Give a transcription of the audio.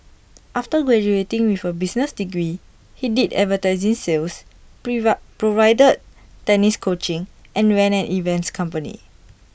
after graduating with A business degree he did advertising sales provided tennis coaching and ran an events company